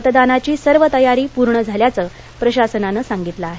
मतदानाची सर्व तयारी पूर्ण झाल्याचं प्रशासनानं सांगितलं आहे